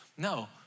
No